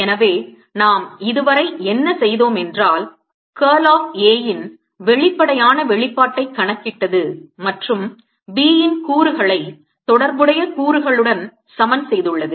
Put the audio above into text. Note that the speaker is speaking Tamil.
எனவே நாம் இதுவரை என்ன செய்தோம் என்றால் Curl of A இன் வெளிப்படையான வெளிப்பாட்டைக் கணக்கிட்டது மற்றும் B இன் கூறுகளை தொடர்புடைய கூறுகளுடன் சமன் செய்துள்ளது